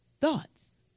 thoughts